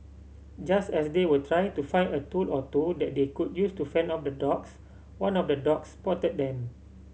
just as they were trying to find a tool or two that they could use to fend off the dogs one of the dogs spotted them